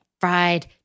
fried